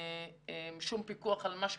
אין שום פיקוח על מה שקורה.